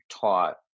taught